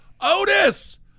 Otis